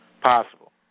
possible